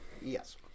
Yes